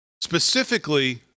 Specifically